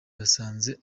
basanze